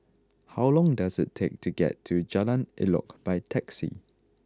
how long does it take to get to Jalan Elok by taxi